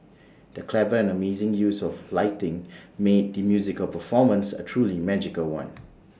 the clever and amazing use of lighting made the musical performance A truly magical one